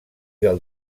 del